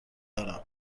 دارم